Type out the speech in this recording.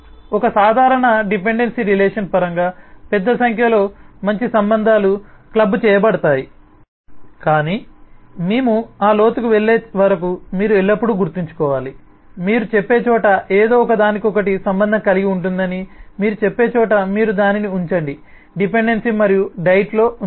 ఒక సాధారణ dependency relation పరంగా పెద్ద సంఖ్యలో మంచి సంబంధాలు క్లబ్బు చేయబడతాయి కాని మేము ఆ లోతుకు వెళ్ళే వరకు మీరు ఎల్లప్పుడూ గుర్తుంచుకోవాలి మీరు చెప్పే చోట ఏదో ఒకదానికొకటి సంబంధం కలిగి ఉంటుందని మీరు చెప్పే చోట మీరు దానిని ఉంచండి డిపెండెన్సీ మరియు డైట్ లో ఉంచండి